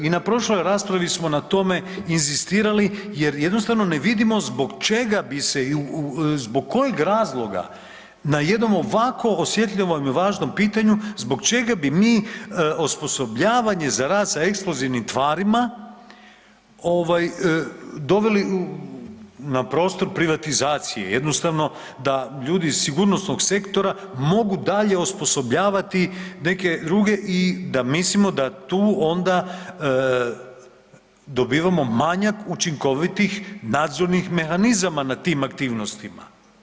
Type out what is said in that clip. I na prošloj raspravi smo na tome inzistirali jer jednostavno ne vidimo zbog čega bi se i u, zbog kojeg razloga na jednom ovako osjetljivom i važnom pitanju zbog čega bi mi osposobljavanje za rad sa eksplozivnim tvarima ovaj doveli na prostor privatizacije, jednostavno da ljudi iz sigurnosnog sektora mogu dalje osposobljavati neke druge i da mislim da tu onda dobivamo manjak učinkovitih nadzornih mehanizama na tih aktivnostima.